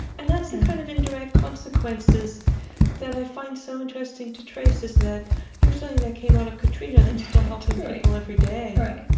and that's the kind of indirect consequences that i find so interesting to trace, is that here's something that came out of katrina that's still helping people every day right.